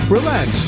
Relax